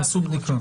תעשו בדיקה.